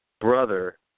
Brother